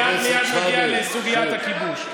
מייד נגיע לסוגיית הכיבוש,